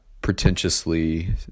pretentiously